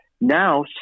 Now